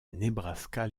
nebraska